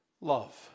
Love